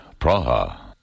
Praha